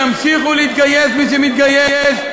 ימשיכו להתגייס מי שמתגייס,